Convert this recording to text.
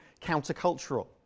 countercultural